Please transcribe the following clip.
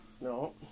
No